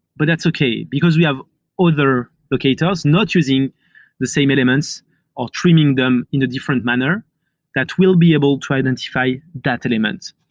but that's okay, because we have other locators not using the same elements or trimming them in a different manner that will be able to identify that element.